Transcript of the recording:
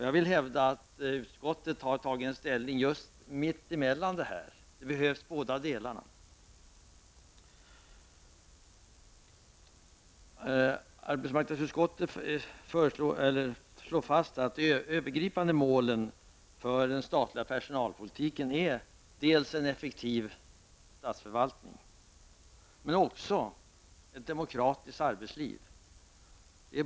Jag vill hävda att utskottet har tagit ställning mitt emellan dessa båda ståndpunkter. Båda delarna behövs. Arbetsmarknadsutskottet slår fast att de övergripande målen för den statliga personalpolitiken är dels en effektiv statsförvaltning, dels ett demokratiskt arbetsliv.